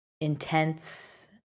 intense